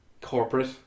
corporate